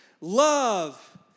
Love